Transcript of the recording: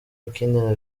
ukinira